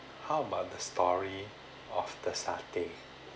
how about the story of the satay